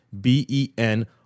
B-E-N